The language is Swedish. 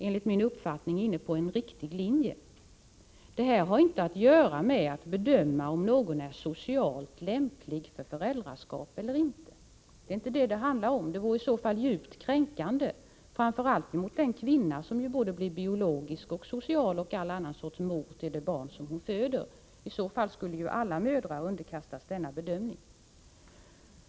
Förhoppningsvis fattar riksdagen beslut i samma riktning. Det är juinte fråga om att bedöma om någon är socialt lämplig för föräldraskap eller inte. Det är inte det det handlar om. En sådan bedömning vore djupt kränkande framför allt mot den kvinna som både biologiskt och socialt, men även på alla andra sätt, blir mor till det barn som hon föder. I så fall skulle ju alla mödrar underkastas en sådan här bedömning.